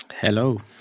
Hello